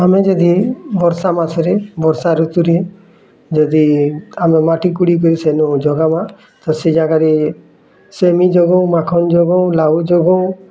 ଆମେ ଯଦି ବର୍ଷା ମାସରେ ବର୍ଷା ଋତୁରେ ଯଦି ଆମେ ମାଟି କୁଡ଼ି କରି ସେନୁ ଜଗାବା ତ ସେଇ ଜାଗାରେ ସେମି ଜଗଉଁ ମାଖନ ଜଗଉଁ ଲାଉ ଜଗଉଁ